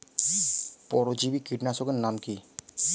পরজীবী কীটনাশকের নাম কি?